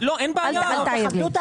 אל תעיר לי,